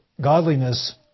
godliness